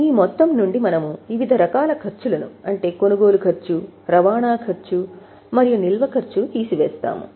ఈ మొత్తం నుండి మనము వివిధ రకాల ఖర్చులను అంటే కొనుగోలు ఖర్చు రవాణా ఖర్చు మరియు నిల్వ ఖర్చు తీసివేస్తాము